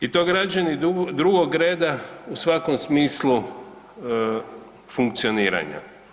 I to građani drugog reda u svakom smislu funkcioniranja.